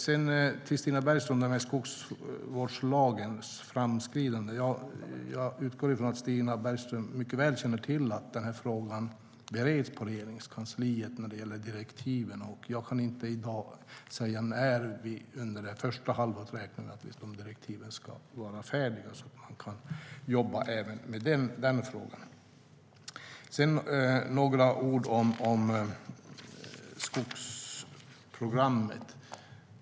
I fråga om framskridandet med skogsvårdslagen utgår jag från att Stina Bergström mycket väl känner till att direktiven bereds på Regeringskansliet. Jag kan inte i dag säga när vi under det första halvåret räknar med att direktiven ska vara färdiga så att vi kan jobba även med den frågan. Jag vill också säga några ord om skogsprogrammet.